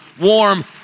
warm